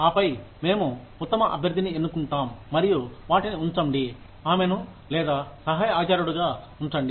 ఆపై మేము ఉత్తమ అభ్యర్థిని ఎన్నుకుంటాం మరియు వాటిని ఉంచండి ఆమెను లేదా సహా ఆచార్యుడుగా ఉంచండి